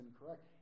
incorrect